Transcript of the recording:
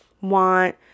want